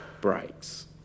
breaks